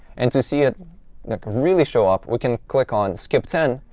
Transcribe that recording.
and to see it like really show up, we can click on skip ten.